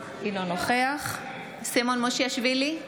אינו נוכח סימון מושיאשוילי,